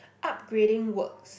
upgrading works